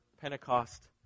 Pentecost